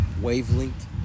wavelength